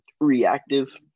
reactive